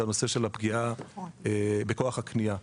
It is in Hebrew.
והיא הנושא של הפגיעה בכוח הקניה.